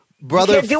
brother